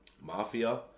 Mafia